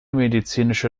medizinische